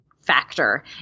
factor